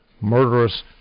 murderous